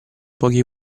pochi